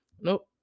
nope